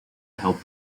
help